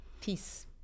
Peace